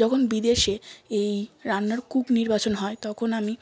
যখন বিদেশে এই রান্নার কুক নির্বাচন হয় তখন আমি